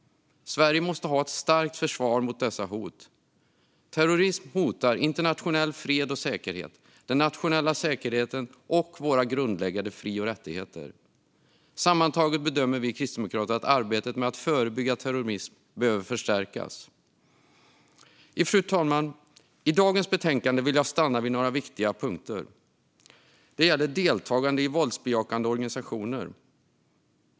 Sverige måste ha ett starkt försvar mot dessa hot. Terrorism hotar internationell fred och säkerhet, den nationella säkerheten och våra grundläggande fri och rättigheter. Sammantaget bedömer vi kristdemokrater att arbetet med att förebygga terrorism behöver förstärkas. Fru talman! I dagens betänkande vill jag stanna vid några viktiga punkter. Det gäller deltagande i våldsbejakande organisationer.